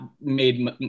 made